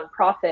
nonprofit